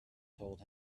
told